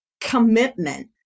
commitment